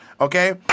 Okay